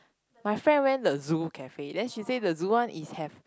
my friend went the zoo cafe then she say the zoo one is have